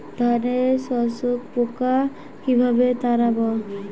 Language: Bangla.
ধানে শোষক পোকা কিভাবে তাড়াব?